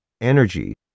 energy